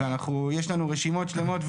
יש לנו רשימות שלמות,